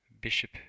bishop